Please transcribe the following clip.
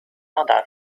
أضع